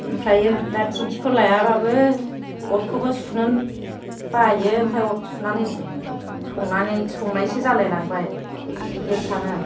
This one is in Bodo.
ओमफ्रायो दा थिंखिखौ लायाबाबो अरखौबो सुनो बायो ओमफाय अर सुनानै संनानै संनायसो जालायलांबाय गेसआनो